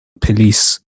police